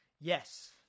Yes